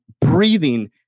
breathing